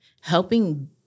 helping